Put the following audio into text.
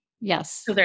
Yes